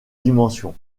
dimension